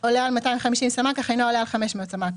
עולה על 250 סמ"ק אך אינו עולה על 500 סמ"ק.